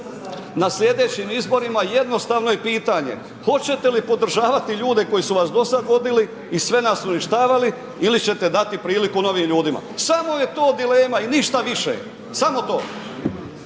Na sljedećim izborima jednostavno je pitanje, hoćete li podržavati ljude koji su vas do sada vodili i sve nas uništavali ili ćete dati priliku novim ljudima. Samo je to dilema i ništa više, samo to.